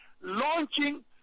launching